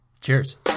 cheers